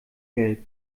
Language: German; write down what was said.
gelb